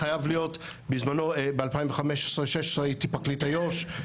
בזמנו, ב-2015 2016 הייתי פרקליט איו"ש.